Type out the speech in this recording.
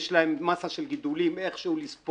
יש להם מסה של גידולים איכשהו לספוג.